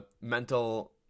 mental